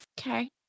Okay